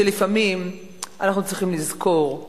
שלפעמים אנחנו צריכים לזכור,